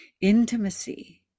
intimacy